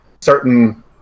certain